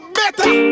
better